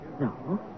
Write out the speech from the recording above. No